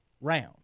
round